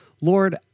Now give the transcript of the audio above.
Lord